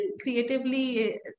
creatively